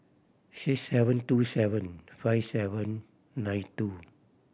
six seven two seven five seven nine two